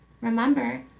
Remember